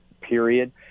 period